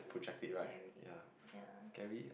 to get everything ya